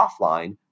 offline